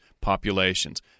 populations